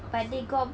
toxic